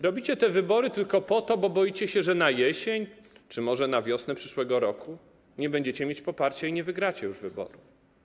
Robicie te wybory, bo boicie się, że na jesień czy może na wiosnę przyszłego roku nie będziecie mieć poparcia i nie wygracie już wyborów.